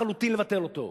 לחלוטין לבטל אותו,